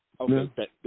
okay